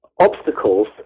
obstacles